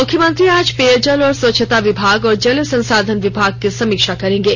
मुख्यमंत्री आज पेयजल और स्वच्छता विभाग और जल संसाधन विभाग की समीक्षा करेंगे